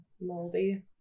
Moldy